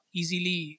easily